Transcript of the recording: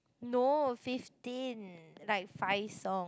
no fifteen like five song